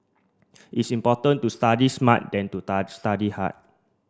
it's important to study smart than to study high